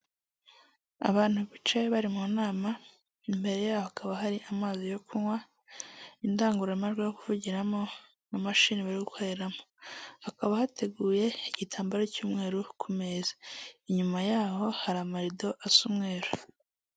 Abantu bicaye bari mu nama imbere yabo hakaba hari amazi yo kunywa, indangurumajwi yo kuvugiramo, mu mashini bari gukoreramo hakaba hateguye igitambaro cy'umweru ku meza inyuma yaho hari amarido asa umweru.